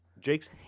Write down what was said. Jake's